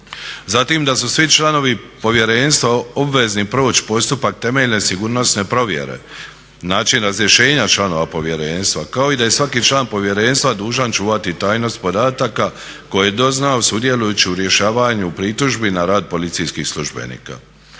Zatim da su svi članovi Povjerenstva obvezni proći postupak temeljne sigurnosne provjere, način razrješenja članova povjerenstva kao i da je svaki član povjerenstva dužan čuvati tajnost podataka koje je doznao sudjelujući u rješavanju pritužbi na rad policijskih službenika.